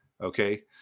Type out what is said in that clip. Okay